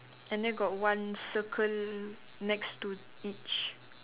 and then got one circle next to each